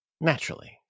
Naturally